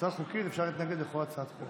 מבחינה חוקית אפשר להתנגד לכל הצעת חוק.